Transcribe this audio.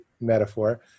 metaphor